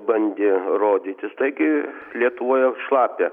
bandė rodytis taigi lietuvoje šlapia